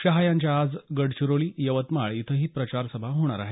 शाह यांच्या आज गडचिरोली यवतमाळ इथंही प्रचारसभा होणार आहेत